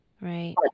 Right